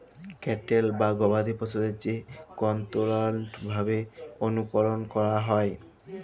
cattle বা গবাদি পশুদের যে কনটোরোলড ভাবে অনুকরল ক্যরা হয়